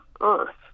earth